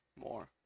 more